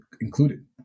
included